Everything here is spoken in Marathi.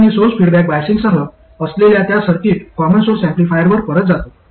आता मी सोर्स फीडबॅक बाईजिंगसह असलेल्या त्या सर्किट कॉमन सोर्स एम्पलीफायरवर परत जातो